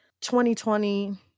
2020